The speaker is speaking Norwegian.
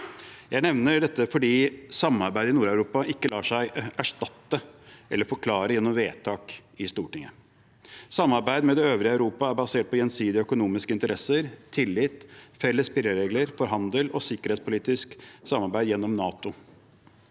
Jeg nevner dette fordi samarbeidet i Nord-Europa ikke lar seg erstatte eller forklare gjennom vedtak i Stortinget. Samarbeid med det øvrige Europa er basert på gjensidige økonomiske interesser, tillit, felles spilleregler for handel og sikkerhetspolitisk samarbeid gjennom NATO.